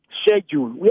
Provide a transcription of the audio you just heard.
Schedule